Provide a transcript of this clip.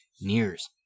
nears